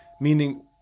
Meaning